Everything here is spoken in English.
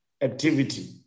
activity